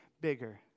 bigger